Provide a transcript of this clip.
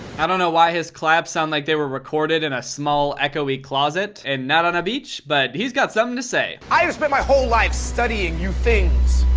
i don't know why his claps sound like they were recorded in a small echo-y closet and not on a beach, but he's got something to say. i have spent my whole life studying you things.